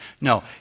No